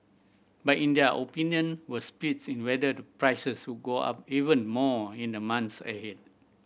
but in their opinion were splits in whether the prices would go up even more in the months ahead